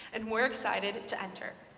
and we're excited to enter.